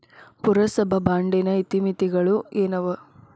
ಪುರಸಭಾ ಬಾಂಡಿನ ಇತಿಮಿತಿಗಳು ಏನವ?